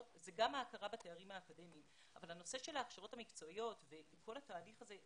- וגם ההכרה בתארים האקדמיים - וכל התהליך הזה,